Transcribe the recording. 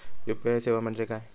UPI सेवा म्हणजे काय?